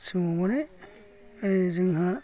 समाव मानि जोंहा